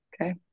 Okay